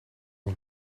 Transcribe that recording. nog